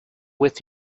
with